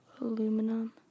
aluminum